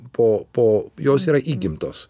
po po jos yra įgimtos